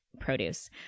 produce